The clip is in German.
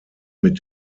mit